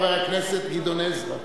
חבר הכנסת גדעון עזרא.